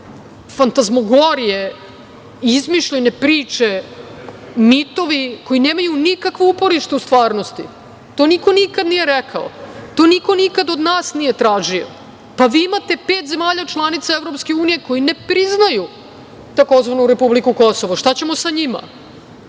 fantazmogorije, izmišljene priče, mitovi koji nemaju nikakvo uporište u stvarnosti. To niko nikada nije rekao, to niko nikad od nas nije tražio. Vi imate pet zemalja članica EU koje ne priznaju tzv. republiku Kosovo. Šta ćemo sa njima?